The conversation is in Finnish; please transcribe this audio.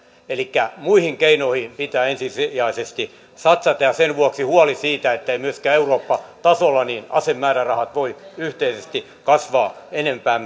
elikkä muihin keinoihin pitää ensisijaisesti satsata ja sen vuoksi on huoli siitä että myöskään eurooppa tasolla asemäärärahat eivät voi yhteisesti kasvaa enempää